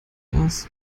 das